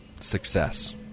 success